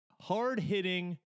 hard-hitting